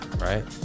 right